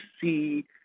see